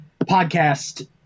podcast